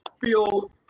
feel